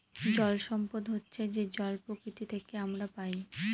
জল সম্পদ হচ্ছে যে জল প্রকৃতি থেকে আমরা পায়